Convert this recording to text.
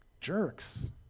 jerks